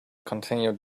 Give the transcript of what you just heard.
continued